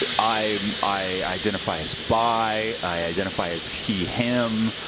ah i um i identify as bi, i identify as he, him.